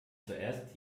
zuerst